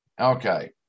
Okay